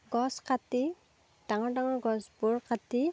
গছ কাটি ডাঙৰ ডাঙৰ গছবোৰ কাটি